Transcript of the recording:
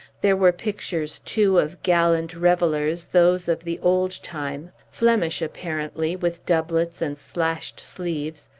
there were pictures, too, of gallant revellers, those of the old time, flemish, apparently, with doublets and slashed sleeves,